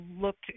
looked